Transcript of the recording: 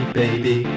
baby